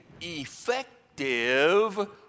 effective